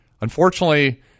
Unfortunately